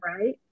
right